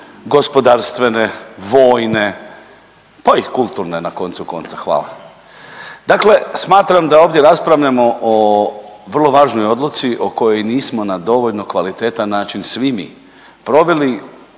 gospodarstvene, vojne, pa i kulturne na koncu konca, hvala. Dakle, smatram da ovdje raspravljamo o vrlo važnoj odluci o kojoj nismo na dovoljno kvalitetan način svi mi proveli,